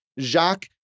Jacques